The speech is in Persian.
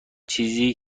چیزی